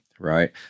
Right